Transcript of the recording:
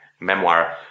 memoir